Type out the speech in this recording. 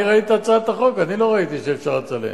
אני ראיתי את הצעת החוק, אני לא ראיתי שאפשר לצלם.